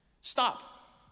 stop